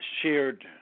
shared